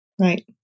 Right